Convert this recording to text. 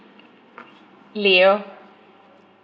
leo